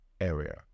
area